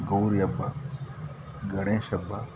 ಗೌರಿ ಹಬ್ಬ ಗಣೇಶ ಹಬ್ಬ